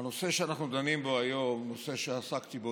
הנושא שאנחנו דנים בו היום הוא נושא שעסקתי בו